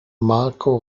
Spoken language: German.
marco